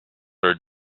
sir